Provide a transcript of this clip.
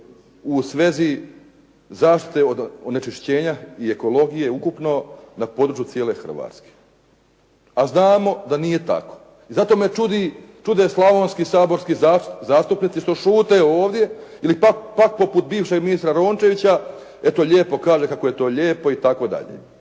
u svezi zaštite od onečišćenja i ekologije ukupno na području cijele Hrvatske. A znamo da nije tako. Zato me čude slavonski saborski zastupnici što šute ovdje ili pak poput bivšeg ministra Rončevića eto lijepo kaže kako je to lijepo itd.